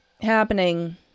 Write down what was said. happening